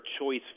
choice